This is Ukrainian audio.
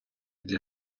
для